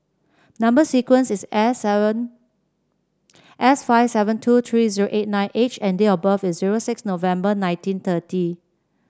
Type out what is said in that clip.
number sequence is S seven S five seven two three eight nine H and date of birth is zero six November nineteen thirty